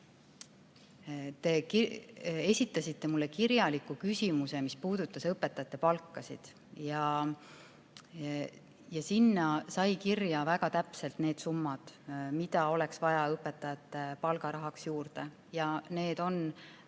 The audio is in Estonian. esitasite mulle kirjaliku küsimuse, mis puudutas õpetajate palka. Ja sinna said kirja väga täpselt need summad, mida oleks vaja õpetajate palgarahaks juurde. Need on